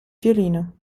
violino